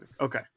Okay